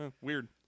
weird